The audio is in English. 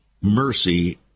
mercy